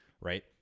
Right